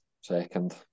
second